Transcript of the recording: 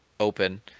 Open